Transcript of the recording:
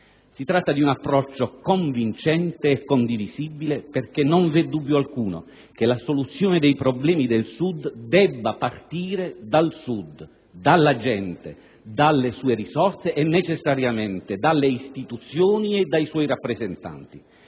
Si tratta di un approccio convincente e condivisibile perché non v'è dubbio alcuno che la soluzione dei problemi del Mezzogiorno debba partire dal Sud stesso, dalla gente, dalle sue risorse e, necessariamente, dalle istituzioni e dai suoi rappresentanti.